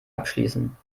abschließen